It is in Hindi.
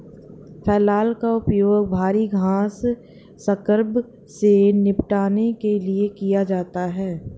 फ्लैल का उपयोग भारी घास स्क्रब से निपटने के लिए किया जाता है